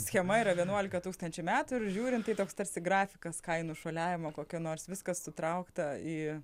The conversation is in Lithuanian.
schema yra vienuolika tūkstančių metų ir žiūrint tai toks tarsi grafikas kainų šuoliavimo kokia nors viskas sutraukta į